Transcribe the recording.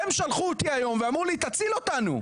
הם שלחו אותי היום ואמרו לי "תציל אותנו".